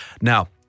Now